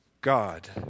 God